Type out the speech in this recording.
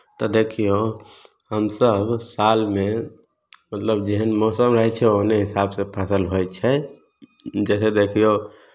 तऽ देखियौ हमसभ सालमे मतलब जेहन मौसम रहै छै ओहने हिसाबसँ फसल होइ छै जइसे देखियौ